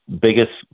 Biggest